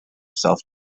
self